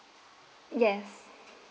yes